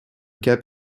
cap